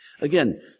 Again